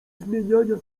zmieniania